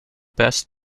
best